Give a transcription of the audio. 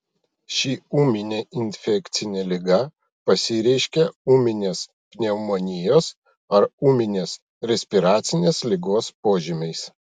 ši ūminė infekcinė liga pasireiškia ūminės pneumonijos ar ūminės respiracinės ligos požymiais